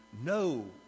No